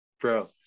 bro